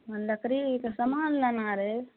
हँ लकड़ीके सामान लेना रहय